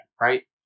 right